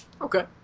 Okay